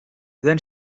then